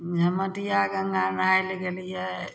झमटिया गंगा नहाइ लए गेलियै